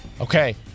Okay